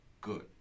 good